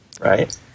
Right